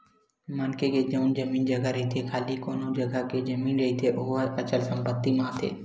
मनखे के जउन जमीन जघा रहिथे खाली कोनो जघा के जमीन रहिथे ओहा अचल संपत्ति म आथे